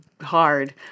hard